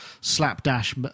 slapdash